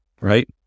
right